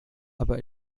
aber